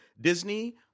Disney